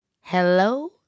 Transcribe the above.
Hello